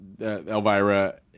Elvira